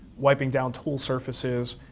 wiping down tool surfaces,